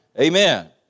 Amen